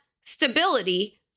stability